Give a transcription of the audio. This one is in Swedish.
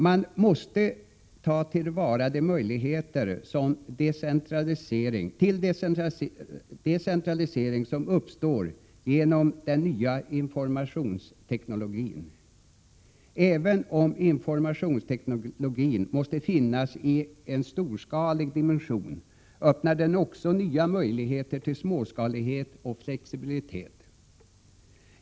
Man måste ta till vara de möjligheter till decentralisering som uppstår genom den nya informationsteknologin. Även om informationsteknologin måste finnas i en storskalig dimension öppnar den också nya möjligheter till småskalighet och flexibilitet.